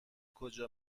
کجا